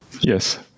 Yes